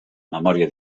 memòria